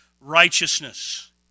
righteousness